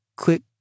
click